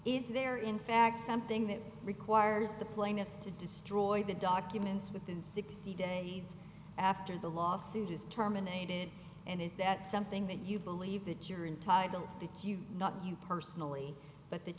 is there in fact something that requires the plaintiffs to destroy the documents within sixty days after the lawsuit is terminated and is that something that you believe that you're entitle to q not you personally